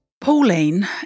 Pauline